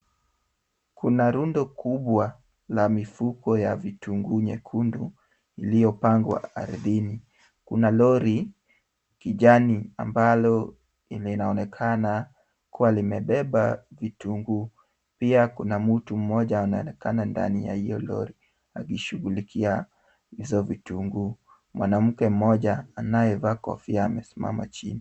Kuna rundo kubwa la mifuko ya vitunguu nyekundu iliyopangwa ardhini. Kuna lori kijani ambalo yenye inaonekana kuwa limebeba vitunguu. Pia kuna mtu mmoja anaonekana ndani ya hiyo lori akishughulikia hizo vitunguu. Mwanamke mmoja anayevaa kofia amesimama chini.